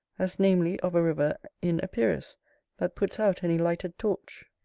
as namely of a river in epirus that puts out any lighted torch,